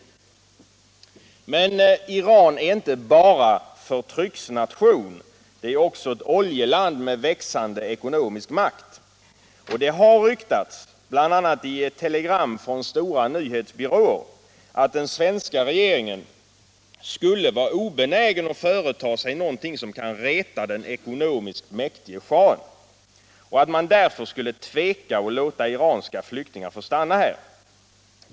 Om förutsättningarna för politisk asyl för vissa iranska medborgare Om förutsättningarna för politisk asyl för vissa iranska medborgare Men Iran är inte bara en förtryckarnation utan också ett oljeland med växande ekonomisk makt, och det har ryktats — bl.a. i ett telegram från stora nyhetsbyråer — att den svenska regeringen skulle vara obenägen att företa sig någonting som kan reta den ekonomiskt mäktige shahen, och att man därför skulle tveka att låta iranska flyktingar få stanna här.